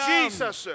Jesus